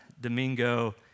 Domingo